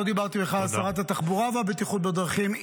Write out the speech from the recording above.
לא דיברתי בכלל על שרת התחבורה והבטיחות בדרכים.